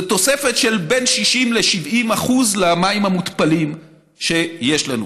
זה תוספת של בין 60% ל-70% למים המותפלים שיש לנו,